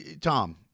Tom